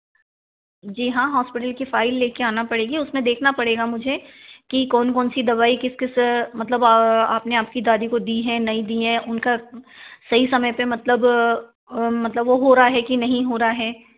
जी हाँ हॉस्पिटल की फाइल लेकर अना पड़ेगी उसमे देखना पड़ेगा मुझे की कौन कौन सी दवाई किस किस मतलब आपने आपकी दादी को दी है नहीं दी हैं उनका सही समय पर मतलब मतलब वह हो रहा है कि नहीं हो रहा है